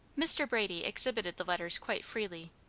mr. brady exhibited the letters quite freely,